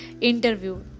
interview